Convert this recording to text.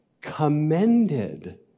commended